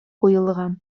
куелган